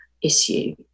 issue